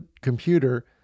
computer